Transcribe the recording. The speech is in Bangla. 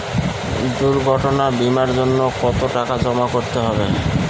দুর্ঘটনা বিমার জন্য কত টাকা জমা করতে হবে?